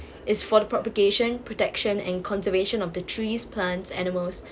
is for the propagation protection and conservation of the trees plants animals